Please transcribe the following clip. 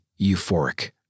euphoric